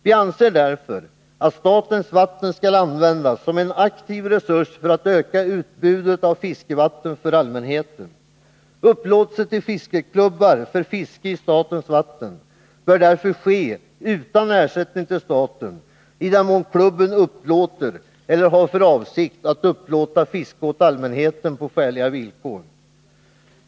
Vi anser därför att statens vatten skall användas som en aktiv resurs för att öka utbudet av fiskevatten för allmänheten. Upplåtelse till fiskeklubbar för fiske i statens vatten bör därför ske utan ersättning till staten i den mån klubben upplåter eller har för avsikt att upplåta fiske åt allmänheten på skäliga villkor.